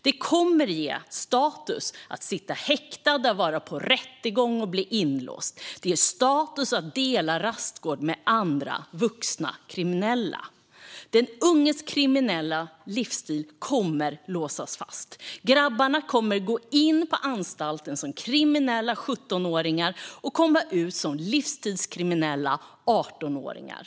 Det kommer att ge status att sitta häktad, att vara på rättegång och att bli inlåst. Det ger status att dela rastgård med vuxna kriminella. Den unges kriminella livsstil kommer att låsas fast. Grabbarna kommer att gå in på anstalten som kriminella 17-åringar och komma ut som livsstilskriminella 18-åringar.